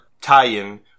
tie-in